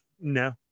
No